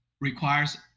requires